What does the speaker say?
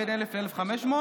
בין 1,000 ל-1,500,